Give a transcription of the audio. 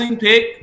pick